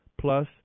plus